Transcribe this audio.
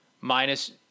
minus –